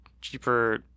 cheaper